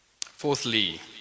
fourthly